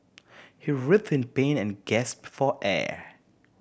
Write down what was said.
he writhed in pain and gasp for air